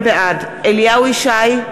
בעד אליהו ישי,